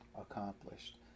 accomplished